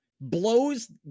blows